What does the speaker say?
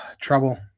trouble